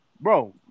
bro